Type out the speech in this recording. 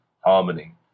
harmony